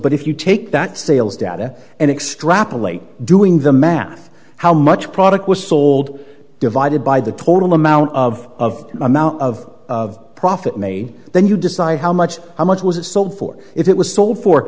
but if you take that sales data and extrapolate doing the math how much product was sold divided by the total amount of amount of profit may then you decide how much how much was it sold for if it was sold for